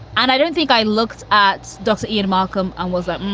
and i don't think i looked at dr. ian malcolm. and was let.